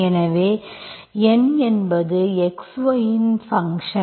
எனவே N என்பது x y இன் ஃபங்க்ஷன்